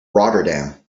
rotterdam